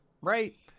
right